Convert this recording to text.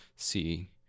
See